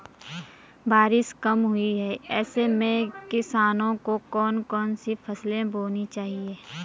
बारिश कम हुई है ऐसे में किसानों को कौन कौन सी फसलें बोनी चाहिए?